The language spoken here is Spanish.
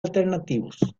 alternativos